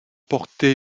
porté